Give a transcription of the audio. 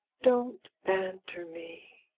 don't banter me,